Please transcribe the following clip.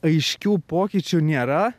aiškių pokyčių nėra